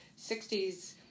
60s